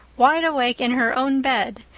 wide awake, in her own bed,